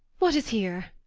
what is here?